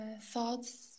thoughts